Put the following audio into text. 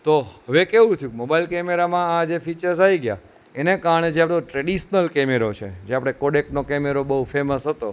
તો હવે કેવું થયું મોબાઈલ કેમેરામાં આ જે ફીચર્સ આવી ગયા એણે કારણે જે આપણો જે ટ્રેડિશનલ કેમેરો છે જે આપણે કોડેકનો કેમેરા બહુ ફેમસ હતો